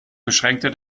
beschränkter